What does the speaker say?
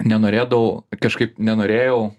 nenorėdavau kažkaip nenorėjau